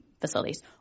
facilities